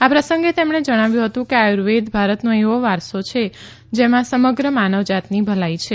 આ પ્રસંગે તેમણે જણાવ્યુ હતું કે આયુર્વેદ ભારતનો એવો વારસો છે તેમાં સમગ્ર માનવ જાતની ભલાઈ છે